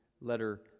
letter